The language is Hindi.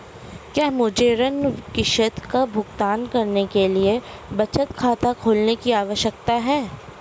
क्या मुझे ऋण किश्त का भुगतान करने के लिए बचत खाता खोलने की आवश्यकता है?